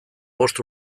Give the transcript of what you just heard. bost